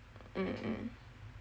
mm mm